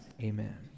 Amen